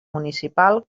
municipal